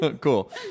Cool